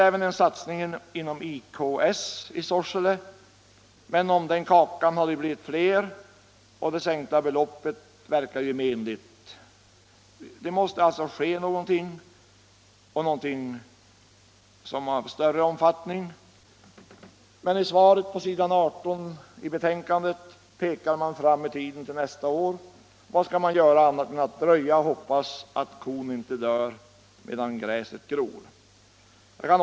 Även en satsning på IKS finns i Sorsele, men det har blivit fler om den kakan, och det sänkta beloppet inverkar menligt. Det måste alltså komma till åtgärder av större omfattning. Men på s. 18 i betänkandet pekar man på sådant som skall hända nästa år. Vad skall man göra annat än dröja och hoppas att kon inte dör medan gräset gror?